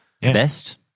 Best